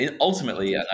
ultimately